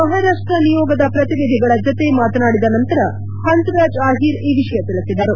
ಮಹಾರಾಷ್ಪದ ನಿಯೋಗದ ಪ್ರತಿನಿಧಿಗಳ ಜತೆ ಮಾತನಾಡಿದ ನಂತರ ಪನ್ಸ್ರಾಜ್ ಆಹಿರ್ ಈ ವಿಷಯ ತಿಳಿಸಿದರು